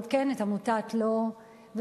עמותת "ל.א.",